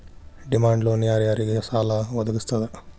Demand loan ಯಾರ್ ಯಾರಿಗ್ ಸಾಲಾ ವದ್ಗಸ್ತದ?